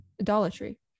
Idolatry